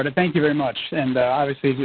and thank you very much. and obviously,